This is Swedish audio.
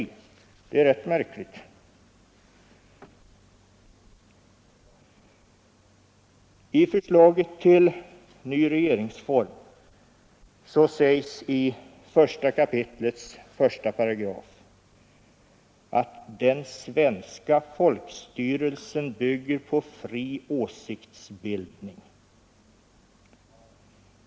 Det är rätt märkligt. I förslaget till ny regeringsform sägs i 1 kap. 1§ att den svenska folkstyrelsen bygger på fri åsiktsbildning.